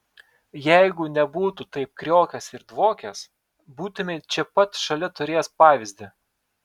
jeigu nebūtų taip kriokęs ir dvokęs būtumei čia pat šalia turėjęs pavyzdį